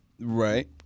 Right